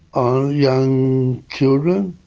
on young children.